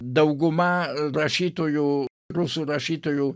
dauguma rašytojų rusų rašytojų